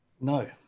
No